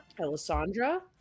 Alessandra